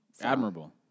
admirable